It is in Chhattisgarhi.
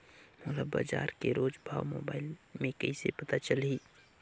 मोला बजार के रोज भाव मोबाइल मे कइसे पता चलही?